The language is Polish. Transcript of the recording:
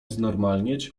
znormalnieć